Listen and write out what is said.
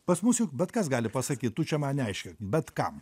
pas mus juk bet kas gali pasakyt tu čia man neaiškink bet kam